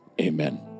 Amen